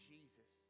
Jesus